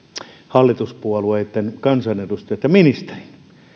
hallituspuolueiden kansanedustajat ja ministerit